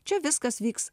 čia viskas vyks